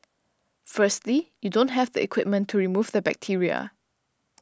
firstly you don't have the equipment to remove the bacteria